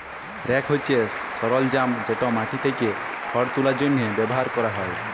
rake হছে সরলজাম যেট মাটি থ্যাকে খড় তুলার জ্যনহে ব্যাভার ক্যরা হ্যয়